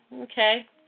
Okay